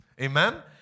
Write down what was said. Amen